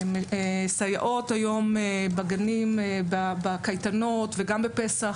סייעות היום בגנים, בקייטנות וגם בפסח,